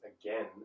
again